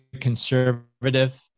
conservative